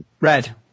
Red